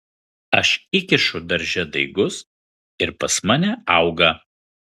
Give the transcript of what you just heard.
aš įkišu darže daigus ir pas mane auga